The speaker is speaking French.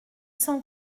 cent